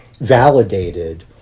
validated